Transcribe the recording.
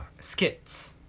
skits